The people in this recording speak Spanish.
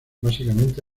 básicamente